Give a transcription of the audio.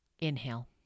Inhale